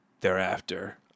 thereafter